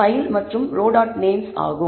names row dot names ஆகும்